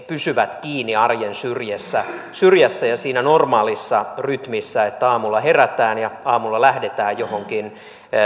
pysyvät kiinni arjen syrjässä syrjässä ja siinä normaalissa rytmissä että aamulla herätään ja aamulla lähdetään johonkin